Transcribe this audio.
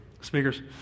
speakers